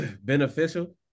beneficial